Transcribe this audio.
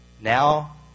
Now